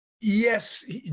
Yes